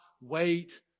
wait